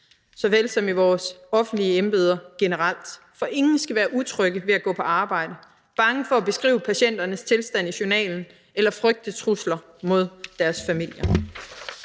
som i vores offentlige embeder generelt, for ingen skal være utryg ved at gå på arbejde, bange for at beskrive patientens tilstand i journalen eller frygte trusler mod deres familier.